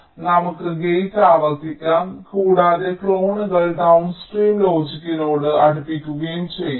അതിനാൽ നമുക്ക് ഗേറ്റ് ആവർത്തിക്കാം കൂടാതെ ക്ലോണുകൾ ഡൌൺസ്ട്രീം ലോജിക്കിനോട് അടുപ്പിക്കുകയും ചെയ്യാം